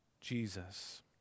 Jesus